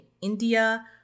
india